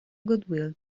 goodwill